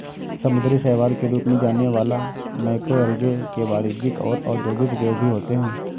समुद्री शैवाल के रूप में जाने वाला मैक्रोएल्गे के वाणिज्यिक और औद्योगिक उपयोग भी होते हैं